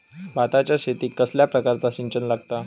भाताच्या शेतीक कसल्या प्रकारचा सिंचन लागता?